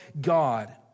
God